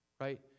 right